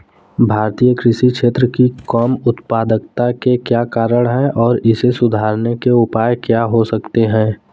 भारतीय कृषि क्षेत्र की कम उत्पादकता के क्या कारण हैं और इसे सुधारने के उपाय क्या हो सकते हैं?